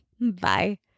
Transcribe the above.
Bye